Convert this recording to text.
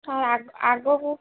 ହଁ ଆଗକୁ